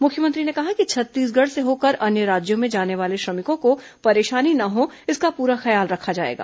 मुख्यमंत्री ने कहा है कि छत्तीसगढ़ से होकर अन्य राज्यों में जाने वाले श्रमिकों को परेशानी न हो इसका पूरा ख्याल रखा जाएगा